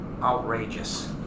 outrageous